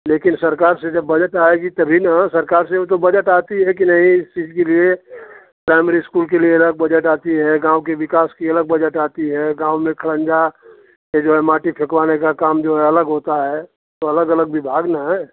लेकिन सरकार से जब बजट आएगी तभी ना सरकार से वह तो बजट आती है कि नहीं इस चीज़ के लिए प्राइमरी इस्कूल के लिए अलग बजट आती है गाँव के विकास की अलग बजट आती है गाँव में खंजा यह जो है माटी फ़िकवाने का काम जो है अलग होता है तो अलग अलग विभाग ना है